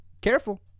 careful